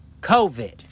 COVID